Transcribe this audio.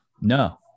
No